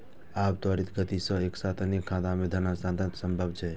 आब त्वरित गति सं एक साथ अनेक खाता मे धन हस्तांतरण संभव छै